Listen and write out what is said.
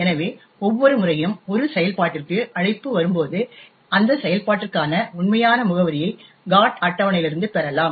எனவே ஒவ்வொரு முறையும் ஒரு செயல்பாட்டிற்கு அழைப்பு வரும்போது அந்த செயல்பாட்டிற்கான உண்மையான முகவரியை GOT அட்டவணையிலிருந்து பெறலாம்